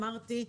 אמרתי,